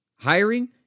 Hiring